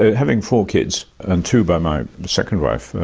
having four kids and two by my second wife,